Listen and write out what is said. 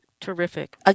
Terrific